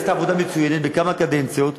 עשית עבודה מצוינת בכמה קדנציות,